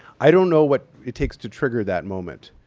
i don't know what it takes to trigger that moment.